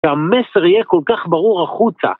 המסר יהיה כל כך ברור החוצה